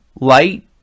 light